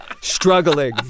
Struggling